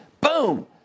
boom